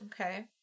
Okay